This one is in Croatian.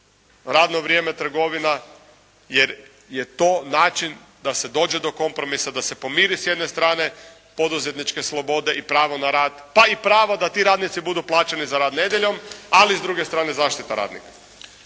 radno vrijeme trgovina jer je to način da se dođe do kompromisa, da se pomiri s jedne strane poduzetničke slobode i pravo na rad pa i pravo da ti radnici budu plaćeni za rad nedjeljom ali i s druge strane zaštita radnika.